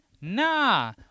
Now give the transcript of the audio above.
nah